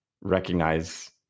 recognize